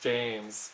James